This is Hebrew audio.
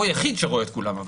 הוא היחיד שרואה את כולם.